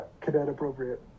cadet-appropriate